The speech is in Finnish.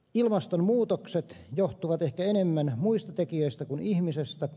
ilmastonmuutokset johtuvat ehkä enemmän muista tekijöistä kuin ihmisestä